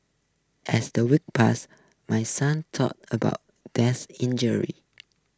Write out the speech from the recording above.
as the weeks passed my son's talk about death injury